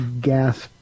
gasp